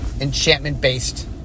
enchantment-based